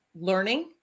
learning